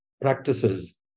practices